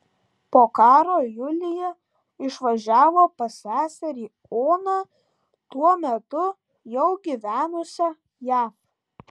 po karo julija išvažiavo pas seserį oną tuo metu jau gyvenusią jav